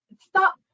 stop